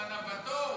עם הנווטות.